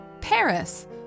Paris